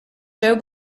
joe